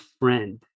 friend